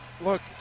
look